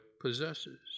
possesses